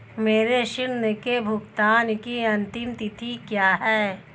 मेरे ऋण के भुगतान की अंतिम तिथि क्या है?